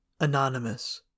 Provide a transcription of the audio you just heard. Anonymous